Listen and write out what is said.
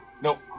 Nope